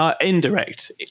indirect